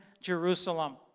Jerusalem